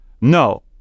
no